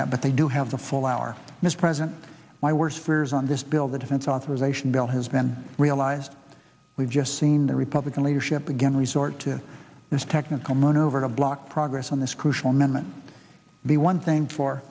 that but they do have the full hour mispresent my worst fears on this bill the defense authorization bill has been realized we've just seen the republican leadership again resort to this technical maneuver to block progress on this crucial amendment the one thing for